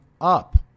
up